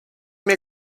mir